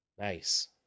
Nice